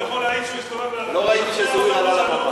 לא ראיתי שזוהיר עלה לבמה.